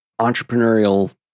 entrepreneurial